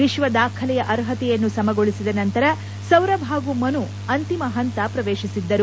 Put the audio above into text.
ವಿಶ್ವ ದಾಖಲೆಯ ಅರ್ಹತೆಯನ್ನು ಸಮಗೊಳಿಸಿದ ನಂತರ ಸೌರಭ್ ಹಾಗೂ ಮನು ಅಂತಿಮ ಹಂತ ಪ್ರವೇತಿಸಿದ್ದರು